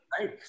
Right